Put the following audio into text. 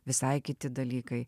visai kiti dalykai